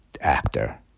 actor